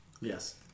Yes